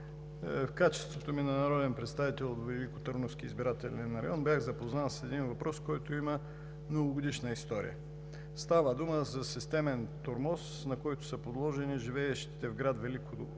В качеството ми на народен представител от Великотърновски избирателен район бях запознат с един въпрос, който има многогодишна история. Става дума за системен тормоз, на който са подложени живеещите в град Велико